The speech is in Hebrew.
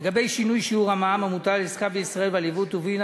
לגבי שינוי שיעור המע"מ המוטל על עסקה בישראל ועל יבוא טובין,